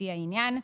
לפי העניין: